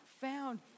found